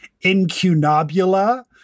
Incunabula